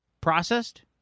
Processed